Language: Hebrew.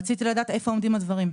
רציתי לדעת איפה עומדים הדברים.